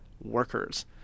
workers